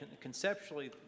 conceptually